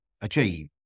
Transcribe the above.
achieve